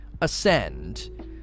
ascend